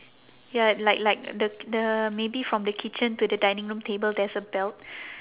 ya like like the the maybe from the kitchen to the dining room table there's a belt